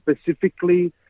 specifically